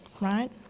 right